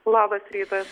labas rytas